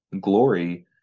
glory